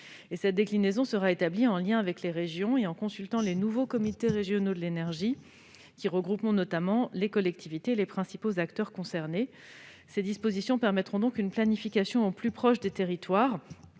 Cette déclinaison sera établie en lien avec les régions et en consultant les nouveaux comités régionaux de l'énergie, qui regroupent notamment les collectivités et les principaux acteurs concernés. Ces dispositions permettront d'établir une planification au plus près des territoires